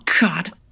God